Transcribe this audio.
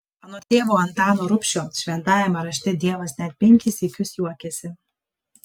anot tėvo antano rubšio šventajame rašte dievas net penkis sykius juokiasi